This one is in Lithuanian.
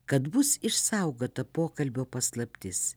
kad bus išsaugota pokalbio paslaptis